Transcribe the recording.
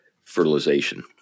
fertilization